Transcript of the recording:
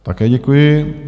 Také děkuji.